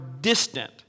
distant